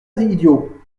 idiot